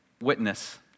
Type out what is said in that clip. Witness